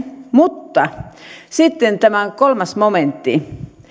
mutta sitten tämä kolmas momentti